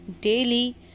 daily